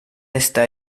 está